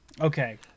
Okay